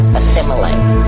assimilate